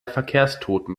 verkehrstoten